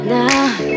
now